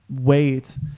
wait